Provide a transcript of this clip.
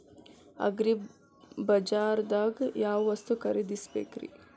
ಅಗ್ರಿಬಜಾರ್ದಾಗ್ ಯಾವ ವಸ್ತು ಖರೇದಿಸಬೇಕ್ರಿ?